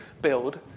build